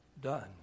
done